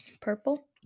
Purple